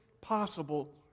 possible